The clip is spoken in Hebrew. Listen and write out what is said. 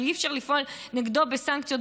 כי אי-אפשר לפעול נגדו בסנקציות.